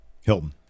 Hilton